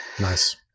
Nice